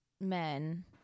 men